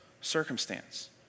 circumstance